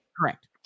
Correct